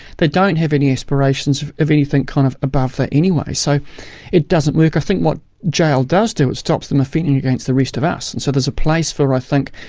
they don't have any aspirations of of anything kind of above that anyway. so it doesn't work. i think what jail does do, it stops them offending against the rest of us, and so there's a place for, i think,